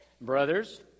Brothers